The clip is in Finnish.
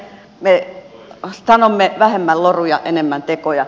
me sanomme vähemmän loruja enemmän tekoja